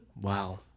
Wow